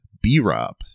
B-Rob